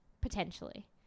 potentially